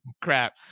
crap